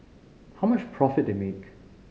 how much profit they make